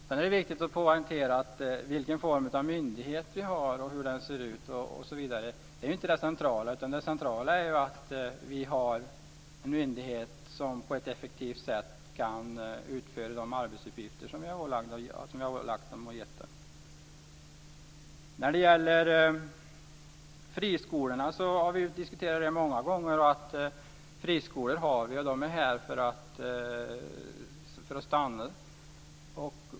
Sedan är det viktigt att poängtera att vilken form av myndighet vi har och hur den ser ut inte är det centrala, utan det centrala är ju att vi har en myndighet som på ett effektivt sätt kan utföra de arbetsuppgifter som den har ålagts. Vi har ju diskuterat friskolorna många gånger. Dem har vi och de är här för att stanna.